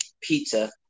pizza